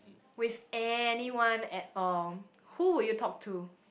with anyone at all who would you talk to